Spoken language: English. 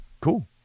cool